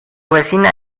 vecina